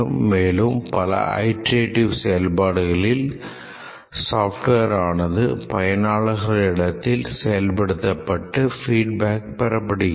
மேலும் பல அயிட்ரேடிவ் செயல்பாடுகளில் software ஆனது பயனாளர் இடத்தில் செயல்படுத்தப்பட்டு feedback பெறப்படுகிறது